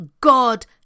god